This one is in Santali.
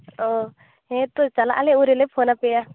ᱚ ᱦᱮᱸ ᱛᱳ ᱪᱟᱞᱟᱜ ᱟᱞᱮ ᱩᱱᱨᱮᱞᱮ ᱯᱷᱳᱱᱟᱯᱮᱭᱟ